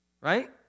right